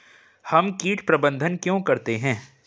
हम कीट प्रबंधन क्यों करते हैं?